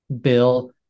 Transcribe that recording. Bill